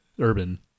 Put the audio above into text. Urban